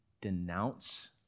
denounce